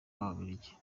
b’ababiligi